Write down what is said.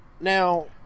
now